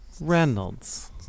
Reynolds